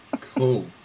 cool